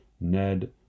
Ned